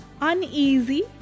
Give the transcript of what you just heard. uneasy